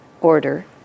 order